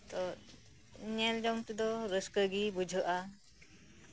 ᱛᱚ ᱧᱮᱞᱡᱚᱝ ᱛᱮᱫᱚ ᱨᱟᱹᱥᱠᱟᱹᱜᱤ ᱵᱩᱡᱷᱟᱹᱜᱼᱟ